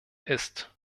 ist